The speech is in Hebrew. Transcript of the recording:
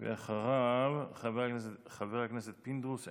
ואחריו, חבר הכנסת פינדרוס.